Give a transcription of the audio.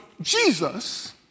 Jesus